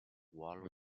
ruolo